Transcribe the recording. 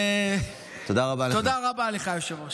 תודה רבה לך, היושב-ראש.